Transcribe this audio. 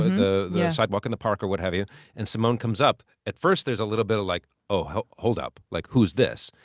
and the sidewalk in the park or what have you and simone comes up, at first, there's a little bit of like, oh, hold up. like, who's this?